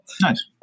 Nice